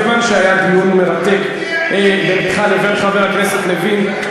כיוון שהיה דיון מרתק בינך לבין חבר הכנסת לוין,